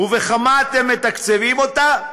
ובכמה אתם מתקצבים אותה?